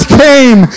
came